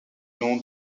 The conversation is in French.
nom